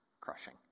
crushing